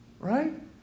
Right